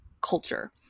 culture